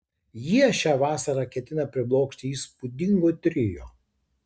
jie šią vasarą ketina priblokšti įspūdingu trio